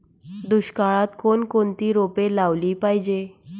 दुष्काळात कोणकोणती रोपे लावली पाहिजे?